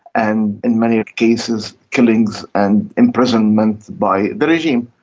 and in many cases killings and imprisonment by the regime.